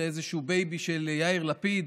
זה איזשהו בייבי של יאיר לפיד,